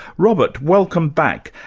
robert, welcome back.